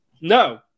no